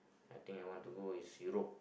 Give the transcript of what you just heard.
I think I want to go is Europe